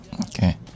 Okay